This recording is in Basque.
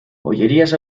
ollerias